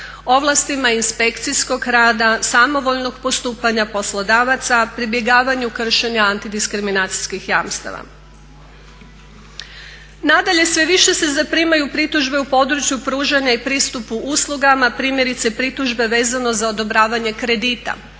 ovlastima inspekcijskog rada, samovoljnog postupanja poslodavaca, pribjegavanju kršenja anti diskriminacijskih jamstava. Nadalje, sve više se zaprimaju pritužbe u području pružanja i pristupu uslugama primjerice pritužbe vezano za odobravanje kredita